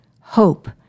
hope